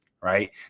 right